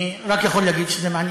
אני רק יכול להגיד שזה מעניין.